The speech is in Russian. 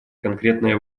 конкретное